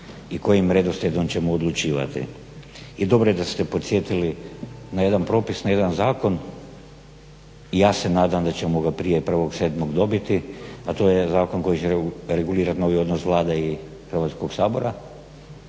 i kojim redoslijedom ćemo odlučivati. I dobro je da ste podsjetili na jedan propis, na jedan Zakon. Ja se nadam da ćemo ga prije prvog sedmog dobiti a to je zakon koji se regulira novi odnos Vlade i Hrvatskog sabora